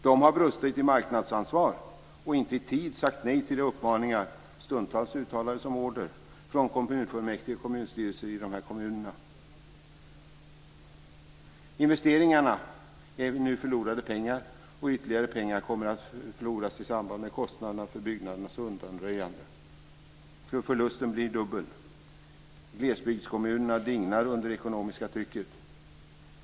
De har brustit i marknadsansvar och inte i tid sagt nej till de uppmaningar - stundtals uttalade som order - från kommunfullmäktige och kommunstyrelser i dessa kommuner. Investeringarna är nu förlorade pengar, och ytterligare pengar kommer att förloras i samband med kostnaderna för byggnadernas undanröjande. Förlusten blir dubbel. Glesbygdskommunerna dignar under det ekonomiska trycket.